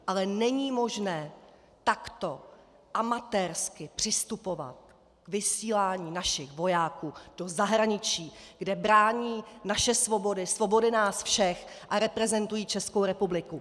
Ale není možné takto amatérsky přistupovat k vysílání našich vojáků do zahraničí, kde brání naše svobody, svobody nás všech a reprezentují Českou republiku.